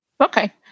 Okay